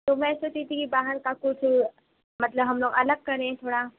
تو میں یہ سوچ رہی تھی کہ باہر کا کچھ مطلب ہم لوگ الگ کریں تھوڑا